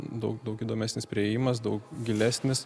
daug daug įdomesnis priėjimas daug gilesnis